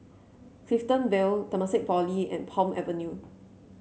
Clifton Vale Temasek Polytechnic and Palm Avenue